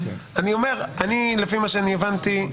לפי מה שאני הבנתי,